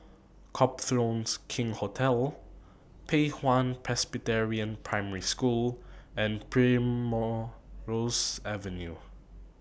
Copthorne King's Hotel Pei Hwa Presbyterian Primary School and Primrose Avenue